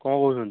କ'ଣ କହୁଛନ୍ତି